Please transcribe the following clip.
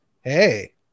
Hey